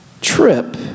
trip